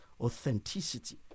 authenticity